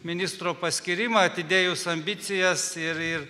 ministro paskyrimą atidėjus ambicijas ir ir